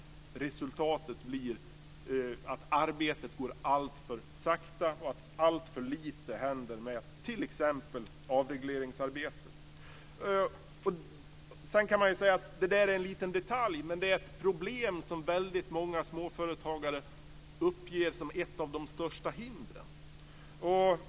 Resultatet blir att arbetet går alltför sakta och att alltför lite händer med t.ex. avregleringsarbetet. Sedan kan man ju säga att detta är en liten detalj, men det är ett problem som väldigt många småföretagare uppger som ett av de största hindren.